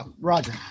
Roger